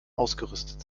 ausgerüstet